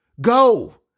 Go